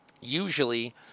usually